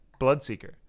bloodseeker